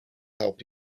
help